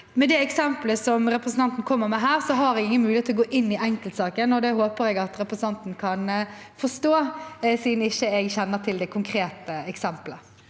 det eksemplet som representanten kommer med her, har jeg ingen mulighet til å gå inn i enkeltsaken. Det håper jeg at representanten kan forstå, siden jeg ikke kjenner til det konkrete eksempelet.